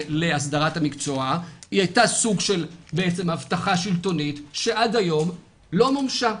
להסדרת המקצוע הייתה סוג של הבטחה שלטונית שעד היום לא מומשה,